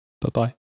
Bye-bye